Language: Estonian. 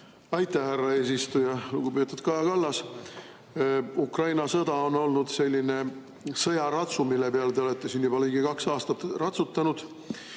Aitäh, härra eesistuja! Lugupeetud Kaja Kallas! Ukraina sõda on olnud selline sõjaratsu, mille peal te olete siin juba ligi kaks aastat ratsutanud.